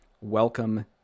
Welcome